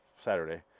Saturday